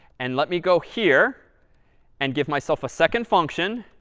and let me go here and give myself a second function,